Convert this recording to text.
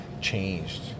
changed